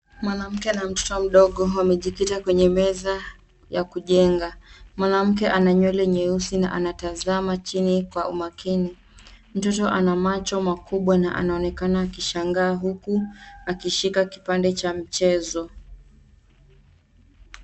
Mwanamke na mtoto mdogo wamejikita kwenye meza ya kujenga. Mwanamke ana nywele nyeusi na anatazama chini kwa umakini. Mtoto ana macho makubwa na anaonekana akishangaa huku akishika kipande cha mchezo.